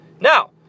Now